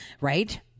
right